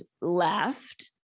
left